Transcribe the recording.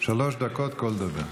שלוש דקות כל דובר.